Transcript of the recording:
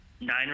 nine